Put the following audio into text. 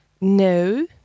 No